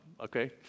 Okay